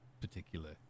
particular